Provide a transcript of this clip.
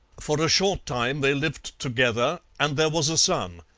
for a short time they lived together and there was a son.